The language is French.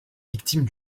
victime